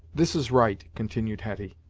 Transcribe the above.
this is right, continued hetty,